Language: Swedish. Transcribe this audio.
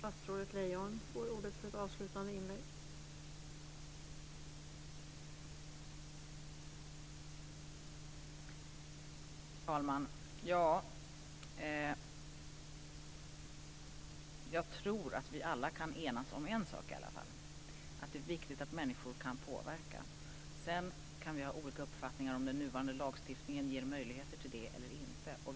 Fru talman! Jag tror att vi alla kan enas om en sak i alla fall, att det är viktigt att människor kan påverka. Sedan kan vi ha olika uppfattningar om ifall den nuvarande lagstiftningen ger möjligheter till det eller inte.